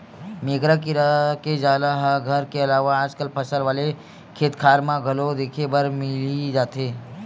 मेकरा कीरा के जाला ह घर के अलावा आजकल फसल वाले खेतखार म घलो देखे बर मिली जथे